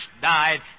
died